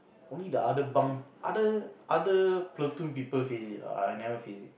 only the other bunk other other platoon people face it ah I never face it